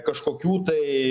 kažkokių tai